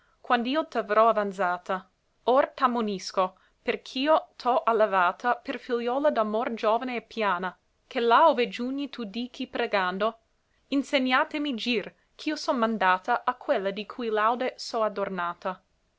assai quand'io t'avrò avanzata or t'ammonisco perch'io t'ho allevata per figliuola d'amor giovane e piana che là ove giugni tu dichi pregando insegnàtemi gir ch'io son mandata a quella di cui laude so adornata